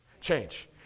Change